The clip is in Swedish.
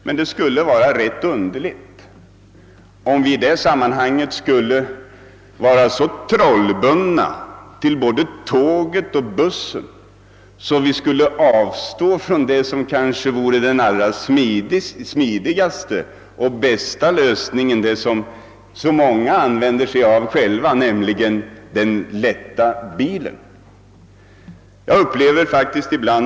Det skulle emellertid vara rätt underligt, om vi i detta sammanhang vore så trollbundna både till tåg och buss, att vi skulle avstå från det som kanske vore den allra smidigaste och bästa lösningen, nämligen den lätta bilen, vilken många av oss använder.